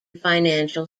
financial